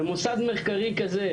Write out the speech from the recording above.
ומוסד מחקרי כזה,